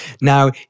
Now